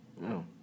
No